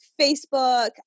Facebook